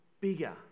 bigger